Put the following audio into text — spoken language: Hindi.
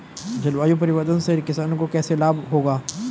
जलवायु परिवर्तन से किसानों को कैसे लाभ होगा?